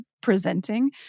presenting